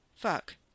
Fuck